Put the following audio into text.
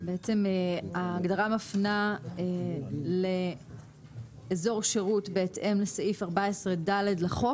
ההגדרה מפנה לאזור שירות בהתאם לסעיף 14ד לחוק.